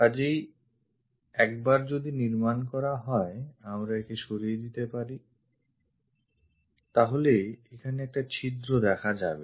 কাজেই একবার যদি নির্মাণ করা হয় আমরা একে সরিয়ে দিতে পারি তাহলে এখানে একটা ছিদ্র দেখা যাবে